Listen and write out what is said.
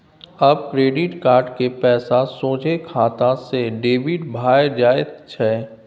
आब credit card क पैसा सोझे खाते सँ डेबिट भए जाइत छै